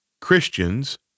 Christians